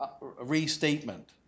restatement